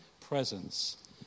presence